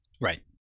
Right